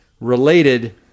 Related